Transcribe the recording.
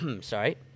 Sorry